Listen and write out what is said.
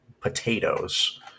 potatoes